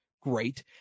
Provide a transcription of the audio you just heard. Great